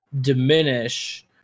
diminish